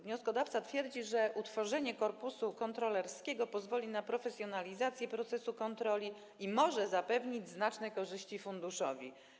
Wnioskodawca twierdzi, że utworzenie korpusu kontrolerskiego pozwoli na profesjonalizację procesu kontroli i może zapewnić znaczne korzyści funduszowi.